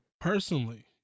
personally